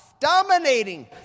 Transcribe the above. dominating